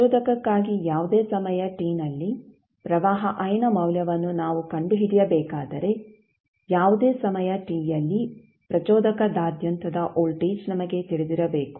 ಪ್ರಚೋದಕಕ್ಕಾಗಿ ಯಾವುದೇ ಸಮಯ t ನಲ್ಲಿ ಪ್ರವಾಹ I ನ ಮೌಲ್ಯವನ್ನು ನಾವು ಕಂಡುಹಿಡಿಯಬೇಕಾದರೆ ಯಾವುದೇ ಸಮಯ t ಯಲ್ಲಿ ಪ್ರಚೋದಕದಾದ್ಯಂತದ ವೋಲ್ಟೇಜ್ ನಮಗೆ ತಿಳಿದಿರಬೇಕು